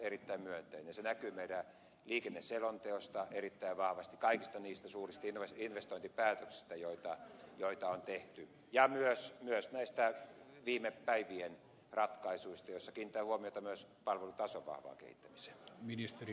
se näkyy meidän liikenneselonteosta erittäin vahvasti kaikista niistä suurista investointipäätöksistä joita on tehty ja myös näistä viime päivien ratkaisuista joissa kiinnitän huomiota myös palvelutason vahvaan kehittämiseen